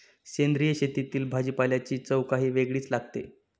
सेंद्रिय शेतातील भाजीपाल्याची चव काही वेगळीच लागते